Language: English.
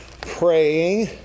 praying